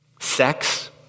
Sex